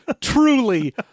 truly